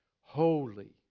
holy